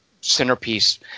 centerpiece